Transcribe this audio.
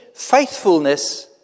Faithfulness